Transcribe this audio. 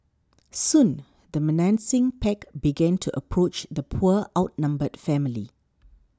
soon the menacing pack began to approach the poor outnumbered family